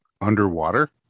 underwater